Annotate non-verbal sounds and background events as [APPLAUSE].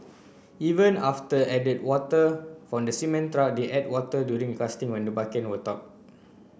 even after added water from the cement truck they to add water during casting when the bucket [UNINTELLIGIBLE] top